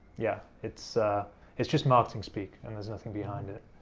yeah, it's ah it's just marketing speak and there's nothing behind it.